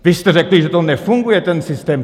Vy jste řekli, že to nefunguje, ten systém.